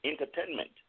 entertainment